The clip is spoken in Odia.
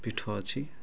ପୀଠ ଅଛି